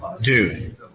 dude